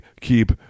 keep